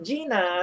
Gina